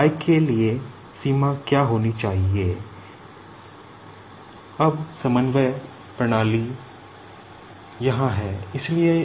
और y के लीये सीमा क्या होनी चाहिए